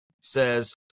says